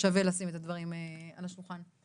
שווה לשים את הדברים על השולחן.